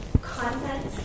content